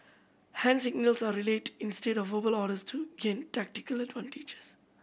hand signals are relayed instead of verbal orders to gain tactical advantages